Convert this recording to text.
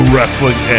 Wrestling